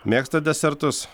mėgstat desertus